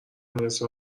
میرسه